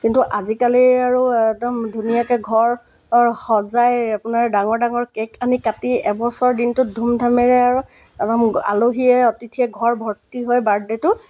কিন্তু আজিকালি আৰু একদম ধুনীয়াকৈ ঘৰ সজাই আপোনাৰ ডাঙৰ ডাঙৰ কেক আনি কাটি এবছৰ দিনটোত ধুমধামেৰে আৰু একদম আলহীয়ে অতিথিয়ে ঘৰ ভৰ্তি হয় বাৰ্থডেটো